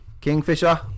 Kingfisher